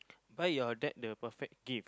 buy your dad the perfect gift